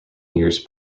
years